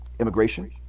immigration